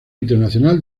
internacional